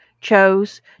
chose